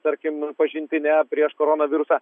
tarkim pažintine prieš koronavirusą